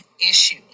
issue